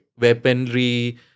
Weaponry